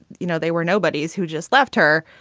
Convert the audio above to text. you know, they were nobodies who just left her.